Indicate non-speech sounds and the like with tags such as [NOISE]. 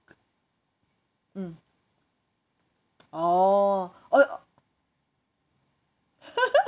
mm orh oh [LAUGHS]